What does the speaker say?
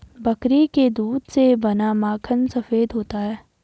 बकरी के दूध से बना माखन सफेद होता है